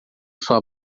sua